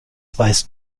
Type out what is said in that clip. weißt